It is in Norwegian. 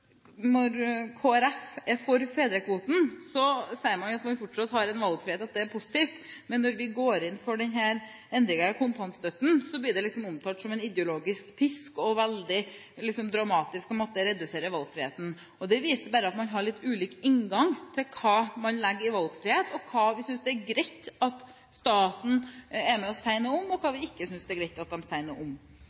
når Kristelig Folkeparti er for fedrekvoten, sier man at man fortsatt har en valgfrihet, og at det er positivt, men når vi går inn for denne endringen i kontantstøtten, blir det omtalt som en ideologisk pisk og veldig – liksom – dramatisk å måtte redusere valgfriheten. Det viser bare at man har litt ulik inngang til hva man legger i «valgfrihet», og hva vi synes er greit at staten er med på å si noe om, og hva vi ikke synes det er greit at de sier noe om.